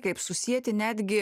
kaip susieti netgi